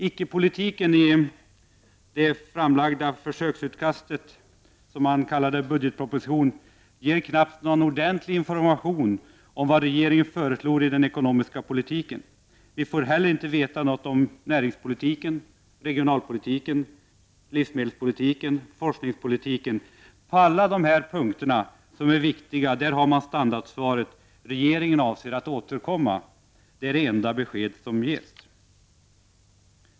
Icke-politiken i det framlagda försöksutkast som man kallar budgetproposition ger knappast någon ordentlig information om vad regeringen föreslår beträffande den ekonomiska politiken. Vi får inte heller veta något om näringspolitiken, regionalpolitiken, livsmedelspolitiken eller forskningspolitiken. På alla dessa viktiga punkter har man standardsvaret: ”Regeringen avser att återkomma.” Det är det enda besked som ges.